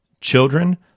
children